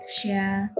share